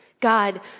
God